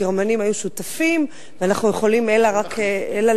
הגרמנים היו שותפים, ואנחנו יכולים רק לברך